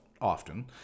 often